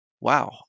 wow